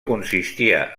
consistia